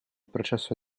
processo